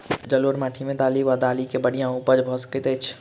जलोढ़ माटि मे दालि वा दालि केँ बढ़िया उपज भऽ सकैत अछि की?